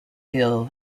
hill